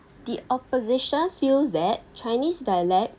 the opposition feels that chinese dialect